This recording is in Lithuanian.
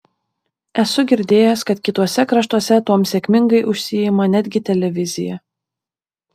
esu girdėjęs kad kituose kraštuose tuom sėkmingai užsiima netgi televizija